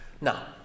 Now